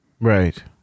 Right